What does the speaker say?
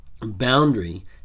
boundary